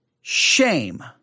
shame